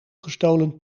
gestolen